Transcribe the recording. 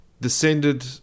descended